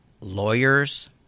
lawyers